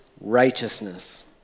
righteousness